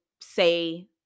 say